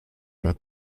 mehr